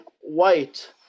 White